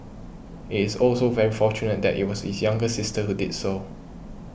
it is also very fortunate that it was his younger sister who did so